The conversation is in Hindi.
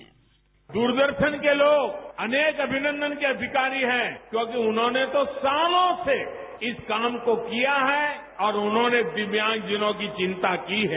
बाईट दूरदर्शन के लोग अनेक अभिनंदन के अधिकारी है क्योंकि उन्होंने तो सालों से इस काम को किया है और उन्होंने दिव्यांगजनों की चिंता की है